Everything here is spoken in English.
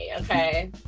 okay